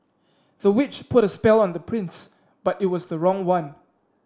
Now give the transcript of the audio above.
the witch put a spell on the prince but it was the wrong one